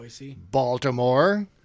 Baltimore